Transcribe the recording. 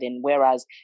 whereas